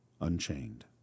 Unchained